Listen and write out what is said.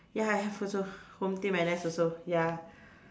ya I have also home team N_S also ya